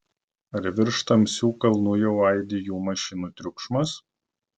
ar virš tamsių kalnų jau aidi jų mašinų triukšmas